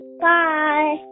Bye